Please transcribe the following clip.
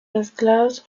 mezclados